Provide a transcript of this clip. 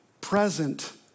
present